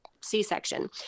C-section